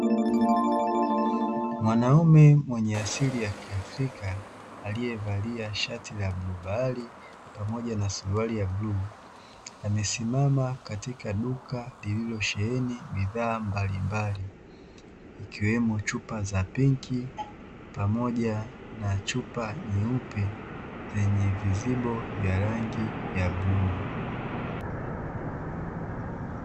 Mwanaume mwenye asili ya kiafrika aliyevalia shati la bluubahari na suruali ya bluu, amesimama katika duka lililosheheni bidhaa mbalimbali, ikiwemo chupa za pinki pamoja na chupa nyeupe zenye vizibo vya rangi ya bluu.